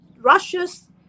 Russia's